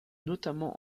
notamment